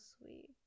sweet